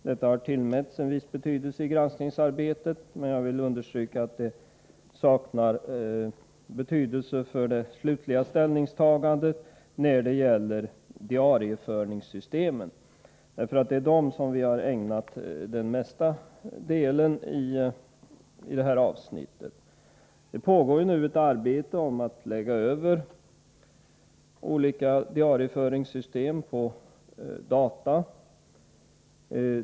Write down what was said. Detta har tillmätts en viss betydelse i granskningsarbetet, men jag vill understryka att det saknar värde för det slutliga ställningstagandet när det gäller diarieföringssystemen, och det är dessa system som vi har ägnat den största delen av detta avsnitt. Det pågår nu ett arbete med att lägga över olika diarieföringssystem på data.